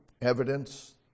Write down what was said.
evidence